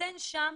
התחתן שם